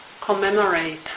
commemorate